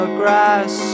grass